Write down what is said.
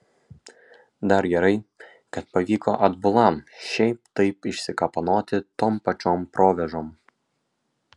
dar gerai kad pavyko atbulam šiaip taip išsikapanoti tom pačiom provėžom